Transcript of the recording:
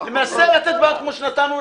מנסה לתת מענה,